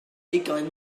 ugain